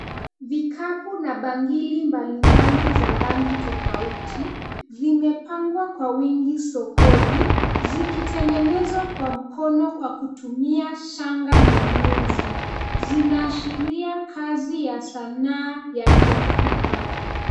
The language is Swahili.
Vikapu na bangili mbalimbali za rangi tofauti; zimepangwa kwa wingi sokoni, zimetengenezwa kwa mkono, kwa kutumia shanga na uzi, zinaashiria kazi ya sanaa ya kiafrika.